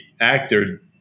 actor